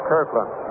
Kirkland